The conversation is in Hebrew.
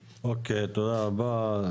אוקיי, תודה רבה.